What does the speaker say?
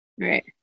Right